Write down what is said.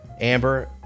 amber